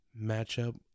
matchup